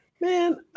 Man